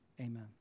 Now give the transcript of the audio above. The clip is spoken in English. amen